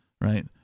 right